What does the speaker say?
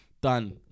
Done